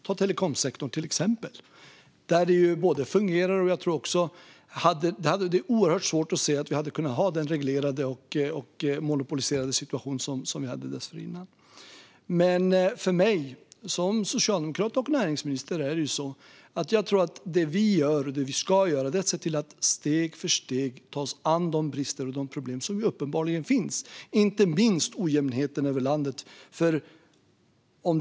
Ta till exempel telekomsektorn, där det fungerar. Jag har oerhört svårt att se att vi hade kunnat ha kvar den reglerade och monopoliserade situation som vi hade dessförinnan. Men som socialdemokrat och näringsminister tror jag att det vi gör och det vi ska göra är att steg för steg ta oss an de brister och problem som uppenbarligen finns, inte minst ojämnheten över landet.